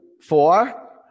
Four